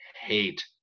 hate